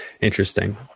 Interesting